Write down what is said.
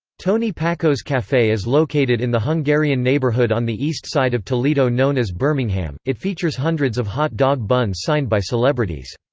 tony packo's cafe is located in the hungarian neighborhood on the east side of toledo known as birmingham it features hundreds of hot dog buns signed by celebrities.